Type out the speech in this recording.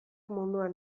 munduan